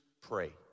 pray